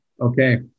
Okay